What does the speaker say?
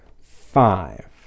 five